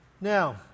Now